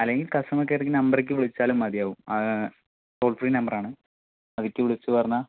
അല്ലെങ്കിൽ കസ്റ്റമർകെയർ നമ്പറിലേക്ക് വിളിച്ചാലും മതിയാവും ടോൾ ഫ്രീ നമ്പറാണ് അതിക്കു വിളിച്ചു പറഞ്ഞാൽ